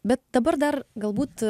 bet dabar dar galbūt